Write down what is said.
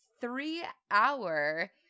three-hour